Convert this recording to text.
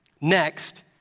Next